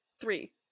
Three